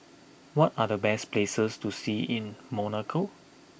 what are the best places to see in Monaco